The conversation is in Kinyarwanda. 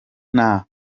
nta